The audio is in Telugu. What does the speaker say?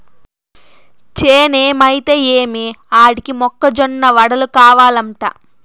చేనేమైతే ఏమి ఆడికి మొక్క జొన్న వడలు కావలంట